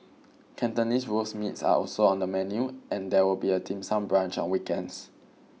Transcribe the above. Cantonese roast meats are also on the menu and there will be a Dim Sum brunch on weekends